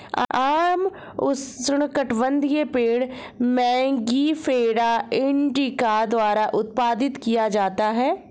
आम उष्णकटिबंधीय पेड़ मैंगिफेरा इंडिका द्वारा उत्पादित किया जाता है